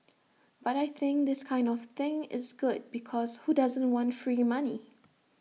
but I think this kind of thing is good because who doesn't want free money